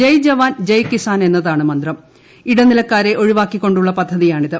ജയ് ജവാൻ ജയ് കിസാൻ എന്നതാണ് മന്ത്രം ഇട്ടനിലക്കാരെ ഒഴിവാക്കിക്കൊണ്ടുള്ള പദ്ധതിയാണ് ഇത്